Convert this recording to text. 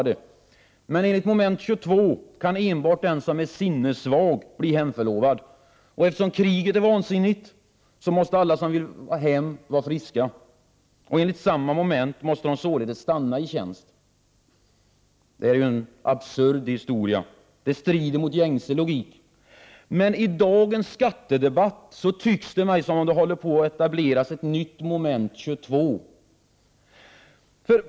Men 14 december 1988 enligt moment 22 kan enbart den som är sinnessvag bli hemförlovad. — Jforomuckason för år Eftersom kriget är vansinnigt måste alla som vill hem vara friska, och enligt moment 22 måste de således stanna i tjänst. Det är ju en absurd historia, som strider mot gängse logik. Det tycks mig emellertid som om det i dagens skattedebatt håller på att etableras ett nytt moment 22.